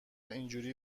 اینجوری